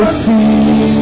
see